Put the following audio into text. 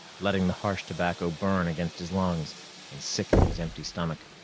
letting the harsh tobacco burn against his lungs and sicken his empty stomach.